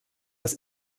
dass